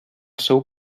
seu